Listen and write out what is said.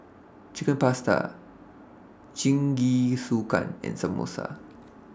Chicken Pasta Jingisukan and Samosa